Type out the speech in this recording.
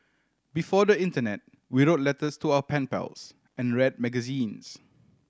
before the internet we wrote letters to our pen pals and read magazines